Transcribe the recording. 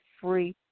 free